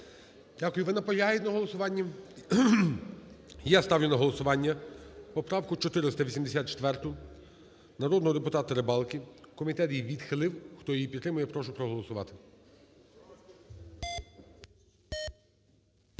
Дякую. Ви наполягаєте на голосуванні? І я ставлю на голосування поправку 484 народного депутата Рибалки. Комітет її відхилив. Хто її підтримує, прошу проголосувати.